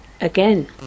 again